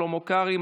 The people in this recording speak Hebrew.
שלמה קרעי,